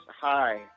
hi